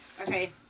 Okay